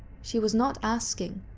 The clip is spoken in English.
she was not asking,